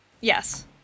Yes